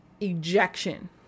ejection